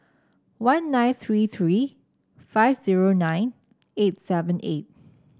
one nine three three five zero nine eight seven eight